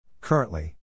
Currently